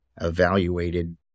evaluated